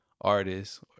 artists